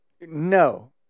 no